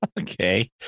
Okay